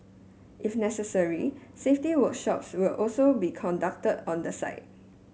if necessary safety workshops will also be conducted on the site